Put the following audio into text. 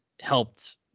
helped